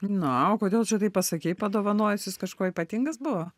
na o kodėl čia taip pasakei padovanojus jis kažkuo ypatingas buvo